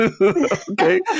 Okay